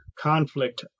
conflict